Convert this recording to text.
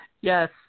Yes